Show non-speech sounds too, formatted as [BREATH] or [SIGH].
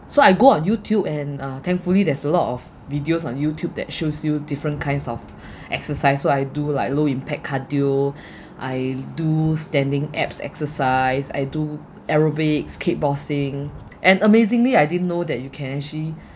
so I go on YouTube and uh thankfully there's a lot of videos on YouTube that shows you different kinds of [BREATH] exercise so I do like low impact cardio [BREATH] I do standing abs exercise I do aerobics kickboxing and amazingly I didn't know that you can actually